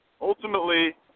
Ultimately